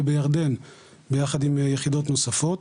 ובירדן ביחד עם יחידות נוספות.